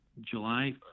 July